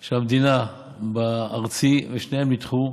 של המדינה בארצי, ושניהם נדחו,